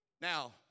Now